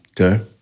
Okay